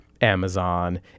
Amazon